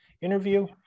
interview